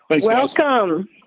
Welcome